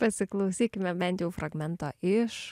pasiklausykime bent jau fragmentą iš